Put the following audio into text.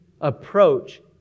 approach